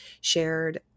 shared